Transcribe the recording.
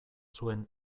zuen